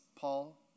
Paul